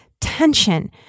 tension